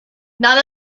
not